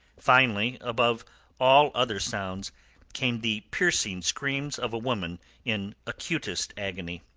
finally above all other sounds came the piercing screams of a woman in acutest agony.